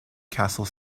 castle